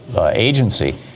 agency